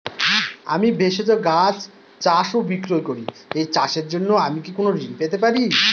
আমি ভেষজ গাছ চাষ ও বিক্রয় করি এই চাষের জন্য আমি কি কোন ঋণ পেতে পারি?